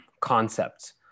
concepts